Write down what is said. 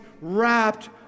wrapped